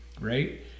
right